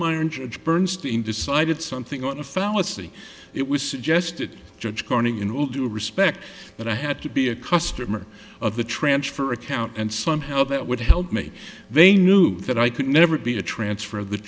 and bernstein decided something on a fallacy it was suggested judge corning in all due respect that i had to be a customer of the transfer account and somehow that would help me they knew that i could never be the transfer of the